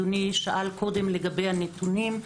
לגבי הנתונים,